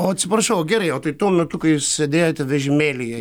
atsiprašau gerai o tai tuo metu kai sėdėjote vežimėlyje